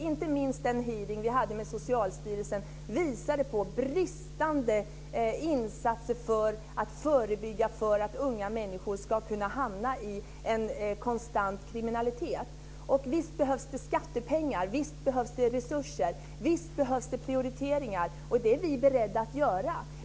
Inte minst den hearing vi hade med Socialstyrelsen visade på bristande insatser för att förebygga att unga människor hamnar i en konstant kriminalitet. Visst behövs det skattepengar. Visst behövs det resurser. Visst behövs det prioriteringar. Det är vi beredda att göra.